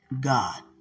God